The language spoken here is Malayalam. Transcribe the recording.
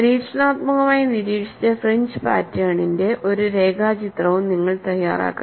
പരീക്ഷണാത്മകമായി നിരീക്ഷിച്ച ഫ്രിഞ്ച് പാറ്റേണിന്റെ ഒരു രേഖാചിത്രവും നിങ്ങൾ തയ്യാറാക്കണം